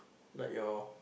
like your